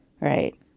Right